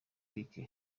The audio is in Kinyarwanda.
eric